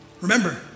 Remember